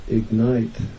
ignite